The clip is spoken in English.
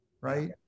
right